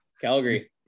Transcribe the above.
Calgary